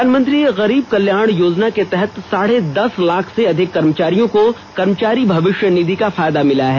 प्रधानमंत्री गरीब कल्याण योजना के तहत साढे दस लाख से अधिक कर्मचारियों को कर्मचारी भविष्य निधि का फायदा मिला है